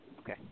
Okay